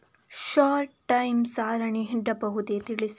Short time ಸಾಲ ನೀಡಬಹುದೇ ತಿಳಿಸಿ?